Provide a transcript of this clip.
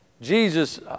Jesus